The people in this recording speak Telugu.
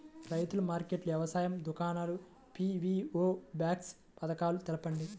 రైతుల మార్కెట్లు, వ్యవసాయ దుకాణాలు, పీ.వీ.ఓ బాక్స్ పథకాలు తెలుపండి?